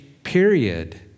period